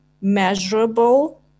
measurable